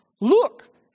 look